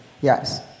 Yes